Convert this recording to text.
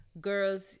girls